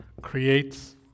creates